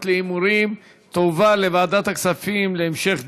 להימורים תעבור לוועדת הכספים להמשך דיון.